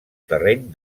terreny